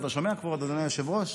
אתה שומע, כבוד אדוני היושב-ראש?